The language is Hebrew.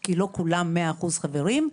כי לא כולם 100% חברים,